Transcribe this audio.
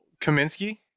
Kaminsky